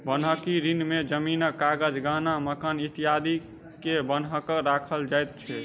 बन्हकी ऋण में जमीनक कागज, गहना, मकान इत्यादि के बन्हक राखल जाय छै